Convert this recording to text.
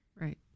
Right